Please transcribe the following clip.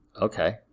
okay